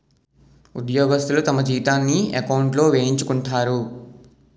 ఉద్యోగస్తులు తమ జీతాన్ని ఎకౌంట్లో వేయించుకుంటారు